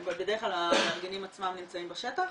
בדרך כלל המארגנים עצמם נמצאים בשטח?